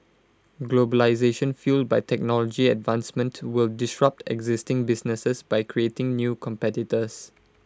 globalisation fuelled by technology advancement will disrupt existing businesses by creating new competitors